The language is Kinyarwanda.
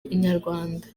inyarwanda